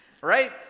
Right